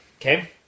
Okay